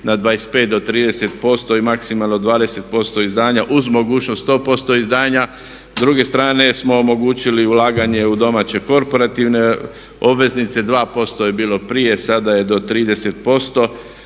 na 25 do 30% i maksimalno 20% izdanja uz mogućnost 100% izdanja. S druge strane smo omogućili ulaganje u domaće korporativne obveznice. 2% je bilo prije sada je do 30%.